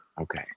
Okay